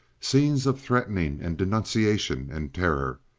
scenes of threatening and denunciation and terror,